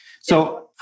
So-